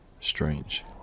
strange